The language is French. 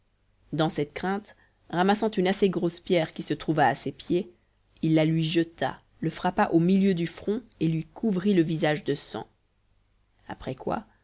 dans cette crainte ramassant une assez grosse pierre qui se trouva à ses pieds il la lui jeta le frappa au milieu du front et lui couvrit le visage de sang après quoi